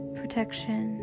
protection